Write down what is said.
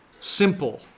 Simple